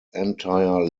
entire